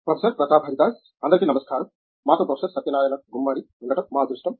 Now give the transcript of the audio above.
professor Pratap Haridas అందరికీ నమస్కారం మాతో ప్రొఫెసర్ సత్యనారాయణ గుమ్మడి ఉండటం మా అదృష్టం